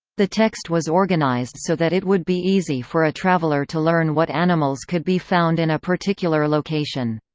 the text was organised so that it would be easy for a traveller to learn what animals could be found in a particular location.